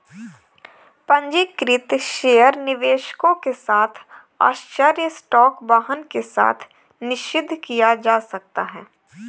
पंजीकृत शेयर निवेशकों के साथ आश्चर्य स्टॉक वाहन के साथ निषिद्ध किया जा सकता है